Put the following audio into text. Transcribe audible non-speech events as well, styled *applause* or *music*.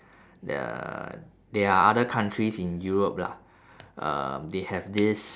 *breath* the there are other countries in europe lah *breath* uh they have this